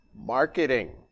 Marketing